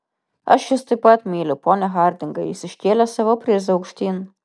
aš jus taip pat myliu pone hardingai jis iškėlė savo prizą aukštyn